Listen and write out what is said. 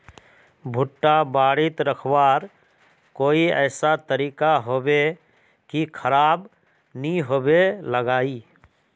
भुट्टा बारित रखवार कोई ऐसा तरीका होबे की खराब नि होबे लगाई?